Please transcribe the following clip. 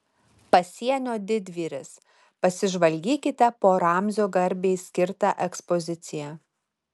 pasienio didvyris pasižvalgykite po ramzio garbei skirtą ekspoziciją